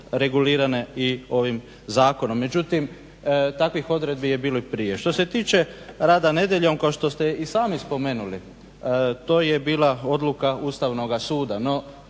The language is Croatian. regulirane i ovim zakonom. Međutim, takvih odredbi je bilo i prije. Što se tiče rada nedjeljom kao što ste i sami spomenuli to je bila odluka Ustavnoga suda.